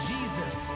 Jesus